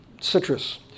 citrus